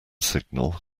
signal